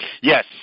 Yes